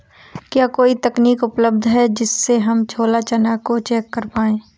क्या कोई तकनीक उपलब्ध है जिससे हम छोला चना को चेक कर पाए?